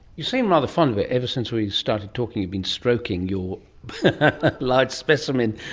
you seem rather fond of it. ever since we started talking you've been stroking your large specimen.